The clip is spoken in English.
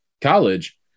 college